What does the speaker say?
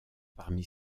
parmi